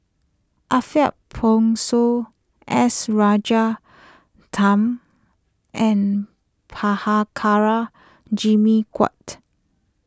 Ariff Bongso S Rajaratnam and Prabhakara Jimmy Quek